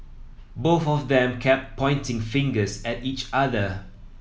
both of them kept pointing fingers at each other